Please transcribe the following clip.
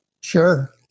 Sure